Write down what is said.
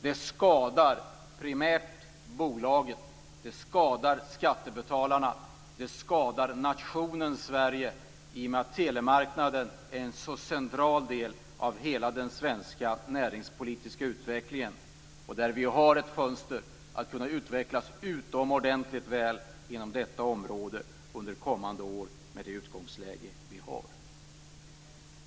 Det skadar primärt bolaget, det skadar skattebetalarna, det skadar nationen Sverige i och med att telemarknaden är en så central del av hela den svenska näringspolitiska utvecklingen, och där vi har en möjlighet att kunna utvecklas utomordentligt väl inom detta område under kommande år med det utgångsläge som vi har.